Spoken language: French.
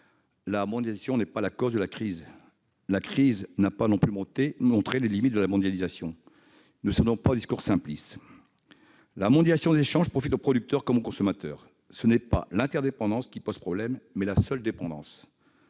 La mondialisation n'est pas la cause de la crise ; celle-ci n'en a pas non plus montré les limites. Ne cédons pas aux discours simplistes ! La mondialisation des échanges profite aux producteurs comme aux consommateurs. Ce n'est pas l'interdépendance qui pose problème, mais la seule dépendance.